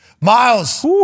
Miles